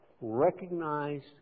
recognized